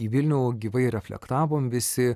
į vilnių gyvai reflektavom visi